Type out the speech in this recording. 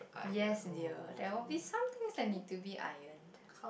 yes dear there will be somethings I need to be ironed